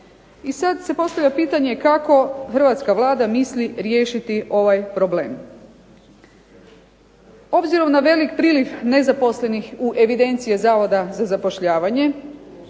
I sad se postavlja pitanje kako hrvatska Vlada misli riješiti ovaj problem. Obzirom na velik priliv nezaposlenih u evidenciji Zavoda za zapošljavanje,